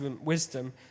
wisdom